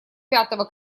пятого